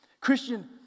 Christian